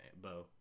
bow